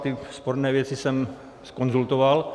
A ty sporné věci jsem zkonzultoval.